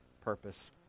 purpose